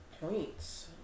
points